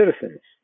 citizens